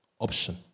option